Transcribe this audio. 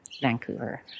Vancouver